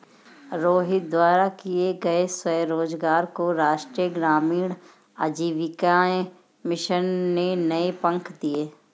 रोहित द्वारा किए गए स्वरोजगार को राष्ट्रीय ग्रामीण आजीविका मिशन ने नए पंख दिए